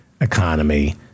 economy